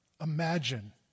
Imagine